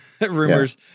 rumors